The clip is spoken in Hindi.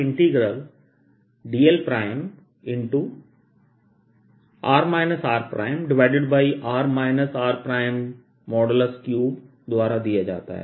3द्वारा दिया जाता है